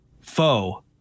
Foe